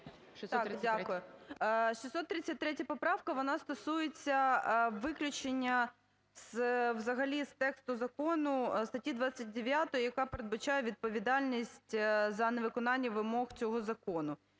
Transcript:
О.С. Дякую. 633 поправка, вона стосується виключення взагалі з тексту закону статті 29, яка передбачає відповідальність за невиконання вимог цього закону.